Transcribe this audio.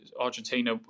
Argentina